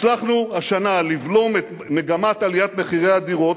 הצלחנו השנה לבלום את מגמת עליית מחירי הדירות,